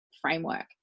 framework